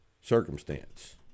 circumstance